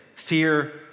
Fear